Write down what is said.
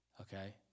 okay